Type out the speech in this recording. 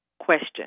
Question